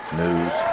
news